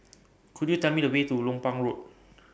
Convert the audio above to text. Could YOU Tell Me The Way to Lompang Road